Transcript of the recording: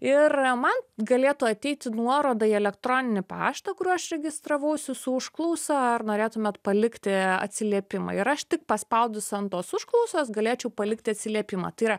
ir man galėtų ateiti nuorodą į elektroninį paštą kuriuo aš registravausi su užklausa ar norėtumėt palikti atsiliepimą ir aš tik paspaudus ant tos užklausos galėčiau palikti atsiliepimą tai yra